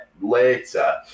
later